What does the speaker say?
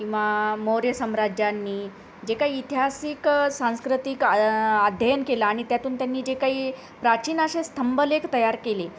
किंवा मौर्य साम्राज्यांनी जे काही इतिहासिक सांस्कृतिक आ अध्ययन केलं आणि त्यातून त्यांनी जे काही प्राचीन असे स्तंभलेख तयार केले